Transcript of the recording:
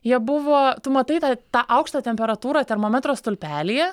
jie buvo tu matai tą tą aukštą temperatūrą termometro stulpelyje